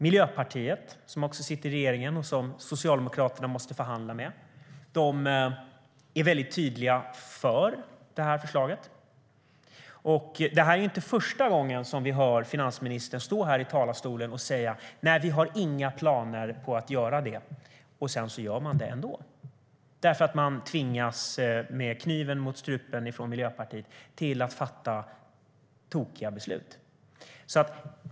Miljöpartiet, som också sitter i regeringen och som Socialdemokraterna måste förhandla med, är tydligt för detta förslag. Detta är inte första gången som vi hör finansministern stå här i talarstolen och säga: Nej, vi har inga planer på att göra det här. Sedan gör man det ändå, för man tvingas med kniven mot strupen från Miljöpartiet att fatta tokiga beslut.